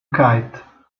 kite